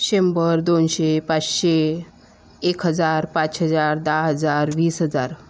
शंभर दोनशे पाचशे एक हजार पाच हजार दहा हजार वीस हजार